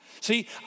See